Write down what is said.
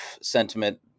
sentiment